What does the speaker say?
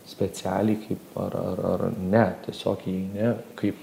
specialiai kaip ar ar ar ne tiesiog įeini kaip